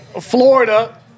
Florida